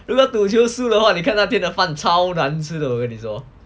如果赌球输的话他的饭超难吃的我跟你说